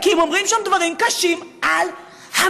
כי הם אומרים שם דברים קשים על המלחמה,